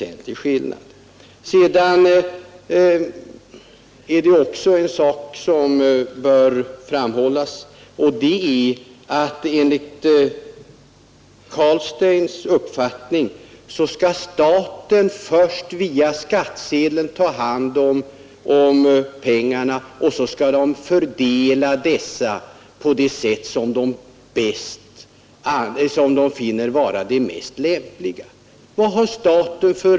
Enligt herr Carlsteins uppfattning skall staten först via skattsedeln ta hand om pengarna och sedan fördela dem på det sätt som man finner mest lämpligt.